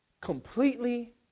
Completely